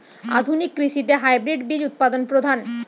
আধুনিক কৃষিতে হাইব্রিড বীজ উৎপাদন প্রধান